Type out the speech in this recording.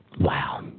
Wow